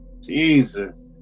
Jesus